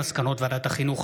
מסקנות ועדת החינוך,